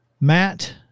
Matt